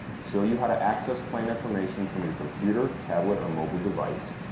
show you how to access plan information from your computer, tablet or mobile device,